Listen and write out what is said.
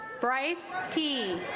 bryce dean